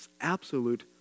absolute